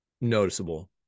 noticeable